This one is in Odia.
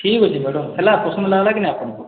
ଠିକ୍ ଅଛେ ମ୍ୟାଡ଼ାମ୍ ହେଲା ପସନ୍ଦ୍ ଲାଗ୍ଲା କି ନାଇଁ ଆପଣ୍ଙ୍କୁ